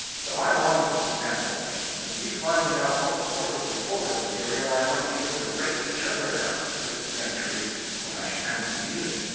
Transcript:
so i wanted to sample things, and be finding out what sort of reporter-material i might be able to rake together out of the sixth century when i should come to need it.